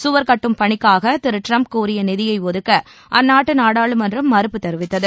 சுவர் கட்டும் பணிக்காக திரு டிரம்ப் கோரிய நிதியை ஒதுக்க அந்நாட்டு நாடாளுமன்றம் மறுப்பு தெரிவித்தது